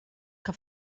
que